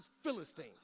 Philistine